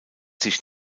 sich